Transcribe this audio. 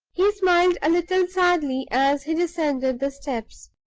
he smiled a little sadly as he descended the steps.